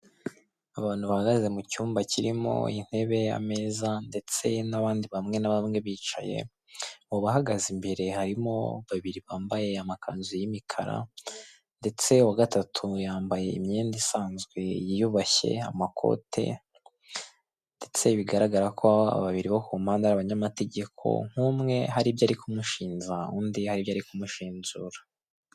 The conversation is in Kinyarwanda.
Mu Rukiko, umugabo wambaye ikote n'ipantaro bisa, hagaze hagati y'abanyamategeko be babiri. Barasa n'aho bari imbere y'inteko y'abacamanza. Inyuma y'abo bantu hafi abaje gukurikira iburanisha.